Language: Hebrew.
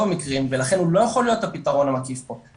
המקרים ולכן הוא לא יכול להיות הפתרון המקיף פה,